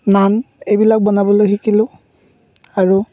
নান এইবিলাক বনাবলৈ শিকিলোঁ আৰু